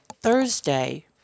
Thursday